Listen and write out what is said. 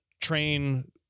train